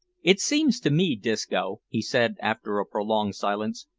it seems to me, disco, he said, after a prolonged silence,